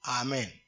Amen